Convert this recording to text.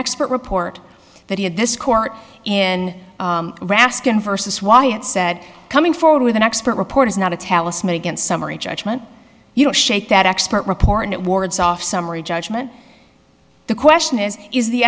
expert report that he had this court in raskin versus wyatt said coming forward with an expert report is not a talisman against summary judgment you know shake that expert report it wards off summary judgment the question is is the